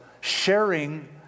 sharing